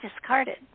discarded